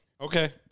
Okay